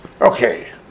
Okay